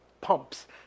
pumps